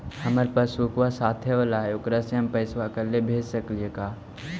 हमार पासबुकवा साथे वाला है ओकरा से हम अकेले पैसावा भेज सकलेहा?